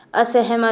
असहमत